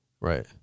Right